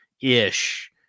ish